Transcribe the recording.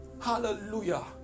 hallelujah